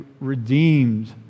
redeemed